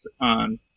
on